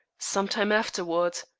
some time afterward,